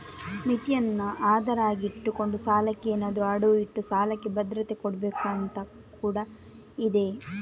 ಮಿತಿಯನ್ನ ಆಧಾರ ಆಗಿ ಇಟ್ಕೊಂಡು ಸಾಲಕ್ಕೆ ಏನಾದ್ರೂ ಅಡವು ಇಟ್ಟು ಸಾಲಕ್ಕೆ ಭದ್ರತೆ ಕೊಡ್ಬೇಕು ಅಂತ ಕೂಡಾ ಇದೆ